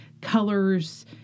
colors